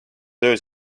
töö